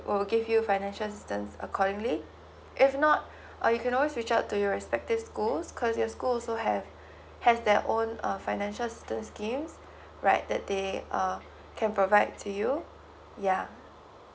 we will give you financial assistance accordingly if not uh you can always reach out to your respective schools cause your school also have has their own uh financial assistance schemes right that day uh can provide to you yeah